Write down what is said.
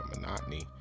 monotony